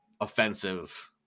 offensive